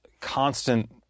constant